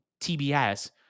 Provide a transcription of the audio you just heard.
TBS